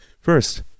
First